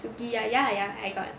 sukiya ya ya I got